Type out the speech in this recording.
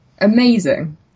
Amazing